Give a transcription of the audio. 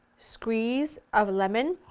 squeeze of lemon,